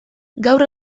gaur